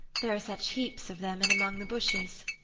there are such heaps of them in among the bushes.